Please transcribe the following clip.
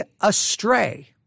astray